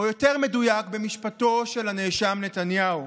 או יותר מדויק, במשפטו של הנאשם נתניהו.